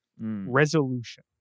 resolution